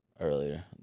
earlier